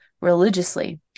religiously